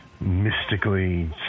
mystically